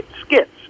skits